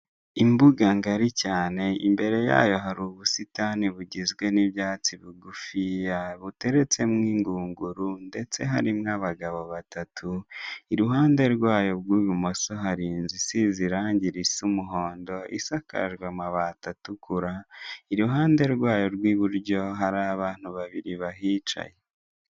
Imbuga ngari cyane, imbere yayo hari ubusitani bugizwe n'ibyatsi bugufi buteretsemo ingunguru ndetse harimo abagabo batatu, iruhande rwayo rw'ibumoso hari inzu isize irangi risa umuhondo, isakajwe amabati atukura, iruhande rwayo rw'iburyo hari abantu babiri bahicaye.